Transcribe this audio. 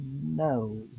no